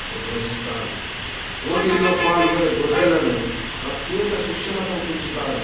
నిర్వహిస్తారు పోటీల్లో పాల్గొనే గొర్రెలను ప్రత్యేక శిక్షణతో పెంచుతారు